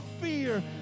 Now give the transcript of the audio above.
fear